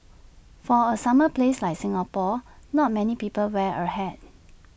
for A summer place like Singapore not many people wear A hat